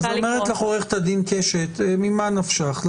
אומרת לך עורכת הדין קשת ממה נפשך,